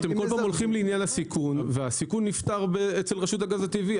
אתם כל פעם הולכים לעניין הסיכון והסיכון נפתר אצל רשות הגז הטבעי.